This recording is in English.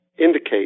indicate